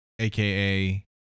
AKA